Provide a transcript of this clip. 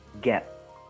get